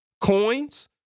coins